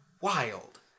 wild